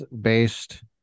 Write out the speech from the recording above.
based